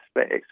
space